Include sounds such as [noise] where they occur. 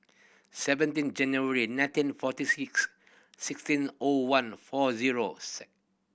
seventeen January nineteen forty six sixteen O one four zero [unintelligible]